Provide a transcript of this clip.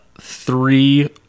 three